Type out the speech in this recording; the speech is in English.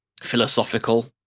Philosophical